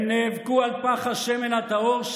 הם נאבקו על פך השמן הטהור,